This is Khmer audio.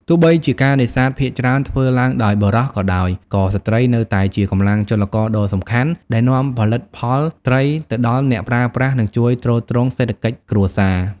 ទោះបីជាការនេសាទភាគច្រើនធ្វើឡើងដោយបុរសក៏ដោយ ក៏ស្ត្រីនៅតែជាកម្លាំងចលករដ៏សំខាន់ដែលនាំផលិតផលត្រីទៅដល់អ្នកប្រើប្រាស់ និងជួយទ្រទ្រង់សេដ្ឋកិច្ចគ្រួសារ។